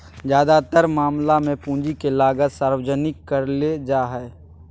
ज्यादातर मामला मे पूंजी के लागत सार्वजनिक करले जा हाई